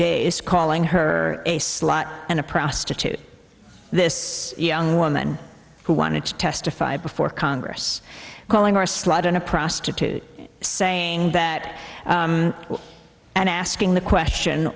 days calling her a slut and a prostitute this young woman who wanted to testify before congress calling her a slide on a prostitute saying that and asking the question